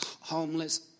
homeless